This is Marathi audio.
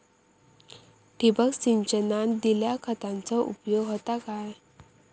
ठिबक सिंचनान दिल्या खतांचो उपयोग होता काय?